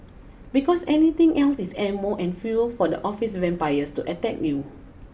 because anything else is ammo and fuel for the office vampires to attack you